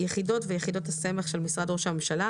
יחידות ויחידות הסמך של משרד ראש הממשלה